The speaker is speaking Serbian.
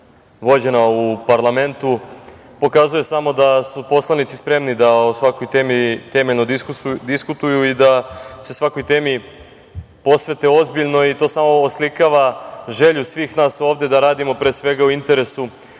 vođena u parlamentu pokazuje samo da su poslanici spremni da o svakoj temi temeljno diskutuju i da se svakoj temi posvete ozbiljno i to samo oslikava želju svih nas ovde da radimo pre svega u interesu